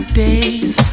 days